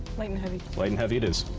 light and heavy. light and heavy it is.